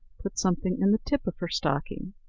put something in the tip of her stocking.